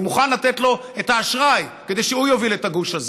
אני מוכן לתת לו את האשראי כדי שהוא יוביל את הגוש הזה,